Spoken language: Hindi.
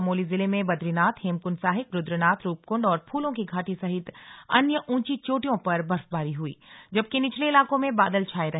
चमोली जिले में बदरीनाथ हेमकुंड साहिब रुद्रनाथ रूपकुंड और फूलों की घाटी सहित अन्य ऊंची चोटियों पर बर्फबारी हुई जबकि निचले इलाकों में बादल छाए रहे